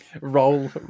roll